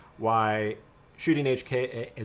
why shooting eight k